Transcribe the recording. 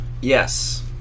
Yes